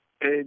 hey